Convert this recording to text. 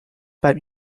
beim